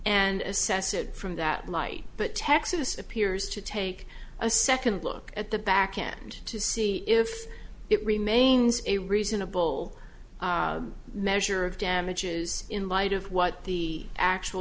and assess it from that light but texas appears to take a second look at the back end to see if it remains a reasonable measure of damages in light of what the actual